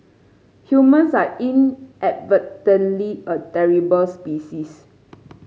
humans are inadvertently a terrible species